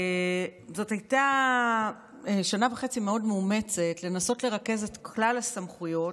זאת הייתה שנה וחצי מאוד מאומצת לנסות לרכז את כלל הסמכויות,